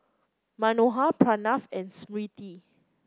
Manohar Pranav and Smriti